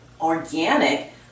organic